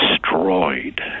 destroyed